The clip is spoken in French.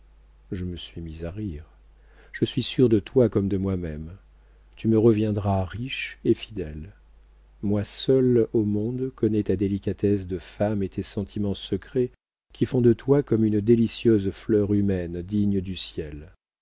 je me suis mise à rire je suis sûre de toi comme de moi-même tu me reviendras riche et fidèle moi seule au monde connais ta délicatesse de femme et tes sentiments secrets qui font de toi comme une délicieuse fleur humaine digne du ciel